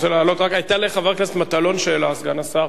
היתה לחבר הכנסת מטלון שאלה, סגן השר.